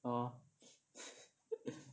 orh